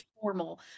formal